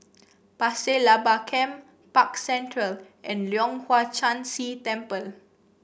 Pasir Laba Camp Park Central and Leong Hwa Chan Si Temple